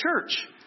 church